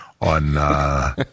On